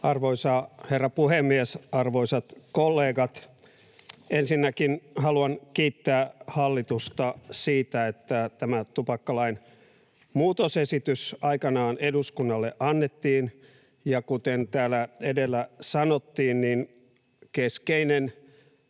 Arvoisa herra puhemies! Arvoisat kollegat! Ensinnäkin haluan kiittää hallitusta siitä, että tämä tupakkalain muutosesitys aikanaan eduskunnalle annettiin. Kuten täällä edellä sanottiin, niin keskeinen